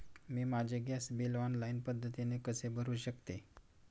मी माझे gas bill online पद्धतीने कसे भरु शकते?